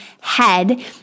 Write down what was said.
head